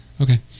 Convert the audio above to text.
Okay